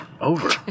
Over